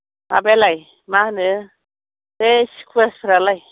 माबायालाय मा होनो बे स्कवासफ्रालाय